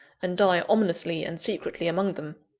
and die ominously and secretly among them.